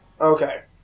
Okay